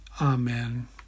Amen